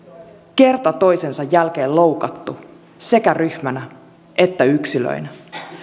kerta toisensa jälkeen loukattu sekä ryhmänä että yksilöinä